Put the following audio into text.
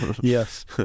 Yes